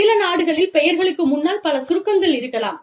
சில நாடுகளில் பெயர்களுக்கு முன்னால் பல சுருக்கங்கள் இருக்கலாம்